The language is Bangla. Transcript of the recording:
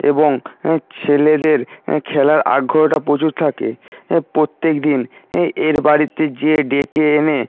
এবং ছেলেদের খেলার আগ্রহটা প্রচুর থাকে প্রত্যেক দিন ই এর বাড়িতে যেয়ে ডেকে এনে